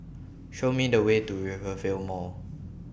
Show Me The Way to Rivervale Mall